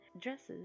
dresses